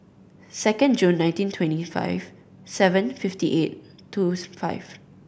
second July nineteen twenty five seven fifty eight two five